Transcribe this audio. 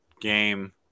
game